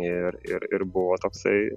ir ir ir buvo toksai